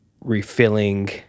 refilling